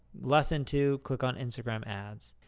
lesson two, click on instagram ads.